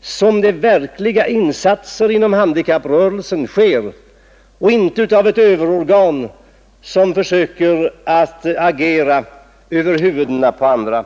som de verkliga insatserna inom handikapprörelsen sker och inte av ett överorgan som försöker agera över huvudena på andra.